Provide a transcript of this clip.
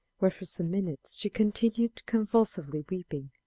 where for some minutes she continued convulsively weeping.